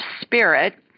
spirit